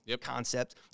concept